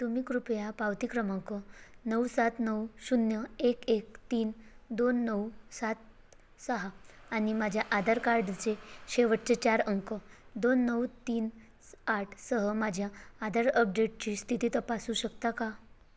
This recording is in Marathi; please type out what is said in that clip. तुम्ही कृपया पावती क्रमांक नऊ सात नऊ शून्य एक एक तीन दोन नऊ सात सहा आणि माझ्या आधार कार्डचे शेवटचे चार अंक दोन नऊ तीन आठसह माझ्या आधार अपडेटची स्थिती तपासू शकता का